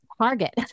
Target